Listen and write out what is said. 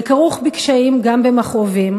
זה כרוך בקשיים, גם במכאובים.